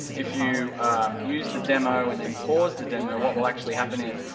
if you use the demo and then pause the demo, what will actually happen is,